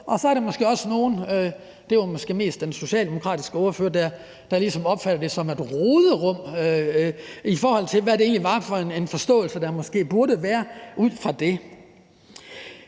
Og så er der måske også nogle, det var måske mest den socialdemokratiske ordfører, der ligesom opfattede det som et roderum, i forhold til hvad det egentlig var for en forståelse, der måske burde være ud fra det.